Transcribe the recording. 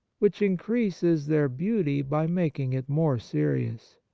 which increases their beauty by making it more serious.